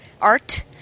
art